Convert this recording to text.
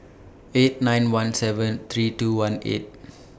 eight nine one seven three two one eight